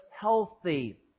healthy